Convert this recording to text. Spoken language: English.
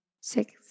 six